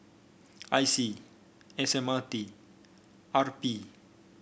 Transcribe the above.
I C S M R T R P